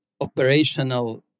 operational